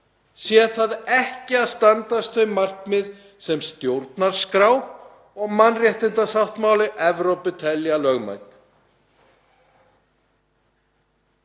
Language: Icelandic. það ekki þau markmið sem stjórnarskrá og mannréttindasáttmáli Evrópu telja lögmæt.